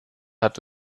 hat